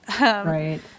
Right